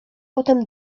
potem